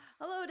Hello